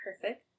perfect